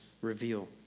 reveal